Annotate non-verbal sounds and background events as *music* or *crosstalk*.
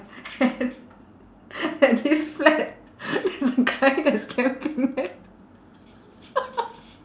at *laughs* at this flat there's a guy that's camping there